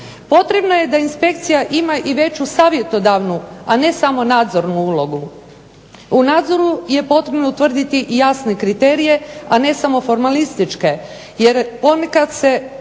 Potrebno je da inspekcija ima i veću savjetodavnu, a ne samo nadzornu ulogu. U nadzoru je potrebno utvrditi i jasne kriterije, a ne samo formalističke. Jer ponekad se